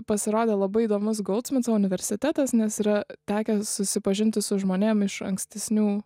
pasirodė labai įdomus goldsmitso universitetas nes yra tekę susipažinti su žmonėm iš ankstesnių